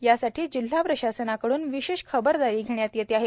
यासाठी जिल्हा प्रशासनाकडून विशेष खबरदारी घेण्यात येत आहे